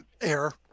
air